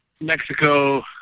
Mexico